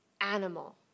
Animal